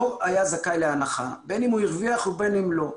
לא היה זכאי להנחה, בין אם הוא הרוויח ובין אם לא.